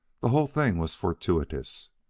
the whole thing was fortuitous.